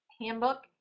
Handbook